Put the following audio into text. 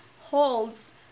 holds